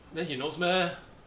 then he knows meh